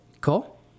Cool